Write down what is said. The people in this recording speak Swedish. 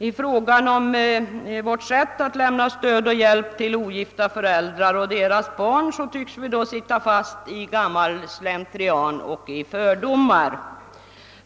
I frågan om vårt sätt att lämna stöd och hjälp till ogifta föräldrar och deras barn tycks vi sitta fast i gammal slentrian och fördomar.